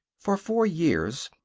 for four years,